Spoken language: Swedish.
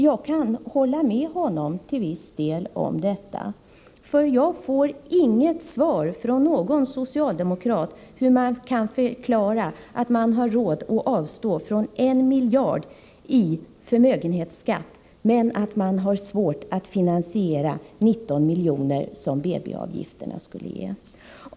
Jag kan till viss del hålla med honom om detta, för jag får inte svar från någon socialdemokrat, när jag vill att man skall förklara hur man har råd att avstå från 1 miljard i förmögenhetsskatt, men att man har svårt att finansiera 19 miljoner som detta med BB-avgifterna skulle innebära.